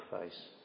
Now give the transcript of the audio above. face